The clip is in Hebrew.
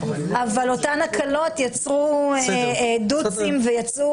בסדר גמור, נעסוק בהן בהרחבה ונתאם אתך את הדיון.